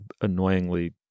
annoyingly